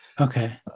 Okay